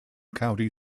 county